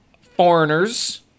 foreigners